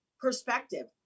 perspective